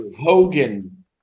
Hogan